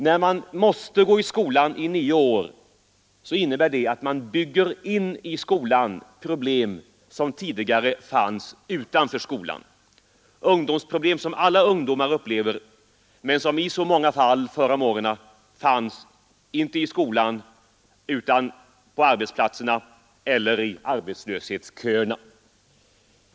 När de unga måste gå i skolan nio år innebär det, att man bygger in i skolan problem som tidigare fanns utanför skolan — ungdomsproblem som alla ungdomar upplever men som förr i så många fall fanns inte i skolan utan på arbetsplatserna eller i arbetslöshetsköerna.